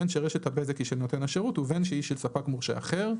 בין שרשת הבזק היא של נותן השירות ובין שהיא של ספק מורשה אחר.